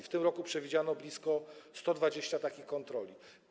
W tym roku przewidziano blisko 120 takich kontroli.